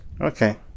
Okay